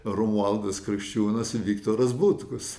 romualdas krikščiūnas ir viktoras butkus